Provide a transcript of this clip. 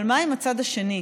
אבל מה עם הצד השני?